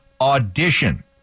audition